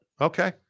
Okay